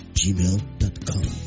gmail.com